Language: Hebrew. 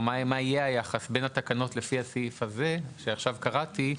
או מה יהיה היחס בין התקנות לפי הסעיף הזה שעכשיו קראתי,